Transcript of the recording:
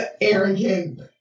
arrogant